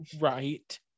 right